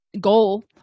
goal